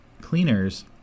cleaners